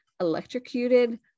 electrocuted